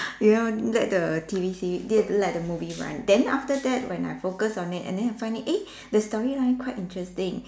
you know let the T_V series d~ let the movie run then after that when I focus on it and then I find it eh the storyline quite interesting